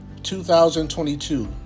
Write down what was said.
2022